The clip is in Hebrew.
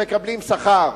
שמקבלים שכר,